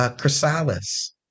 Chrysalis